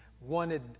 wanted